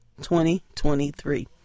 2023